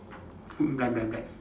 black black black